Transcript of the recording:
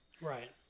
Right